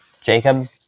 Jacob